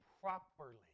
properly